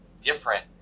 different